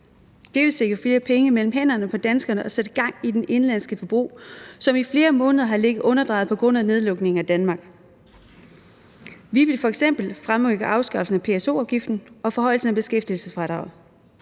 Det vil sikre flere penge mellem hænderne på danskerne og sætte gang i det indenlandske forbrug, som i flere måneder har ligget underdrejet på grund af nedlukningen af Danmark. Vi vil f.eks. fremrykke afskaffelsen af PSO-afgiften og forhøjelsen af beskæftigelsesfradraget.